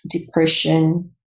depression